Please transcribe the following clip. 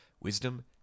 Wisdom